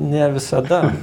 ne visada